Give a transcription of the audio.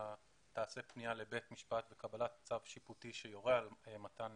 שתיעשה פנייה לבית משפט וקבלת צו שיפוטי שיורה על מתן